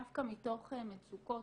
דווקא מתוך מצוקות,